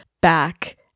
back